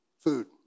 food